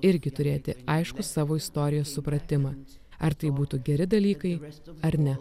irgi turėti aiškų savo istorijos supratimą ar tai būtų geri dalykai ar ne